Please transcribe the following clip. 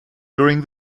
during